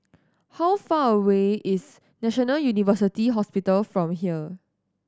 how far away is National University Hospital from here